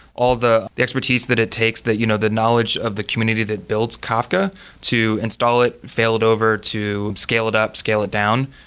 all the the expertise that it takes, you know the knowledge of the community that builds kafka to install it, fail it over, to scale it up, scale it down.